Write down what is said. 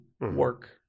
work